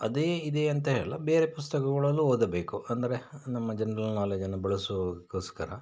ಅದೇ ಇದೇ ಅಂತೇಳಿ ಅಲ್ಲ ಬೇರೆ ಪುಸ್ತಕಗಳಲ್ಲೂ ಓದಬೇಕು ಅಂದರೆ ನಮ್ಮ ಜನ್ರಲ್ ನಾಲೆಜನ್ನು ಬಳಸುವಗೋಸ್ಕರ